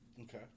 Okay